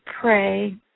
pray